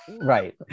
right